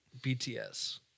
bts